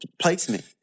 placement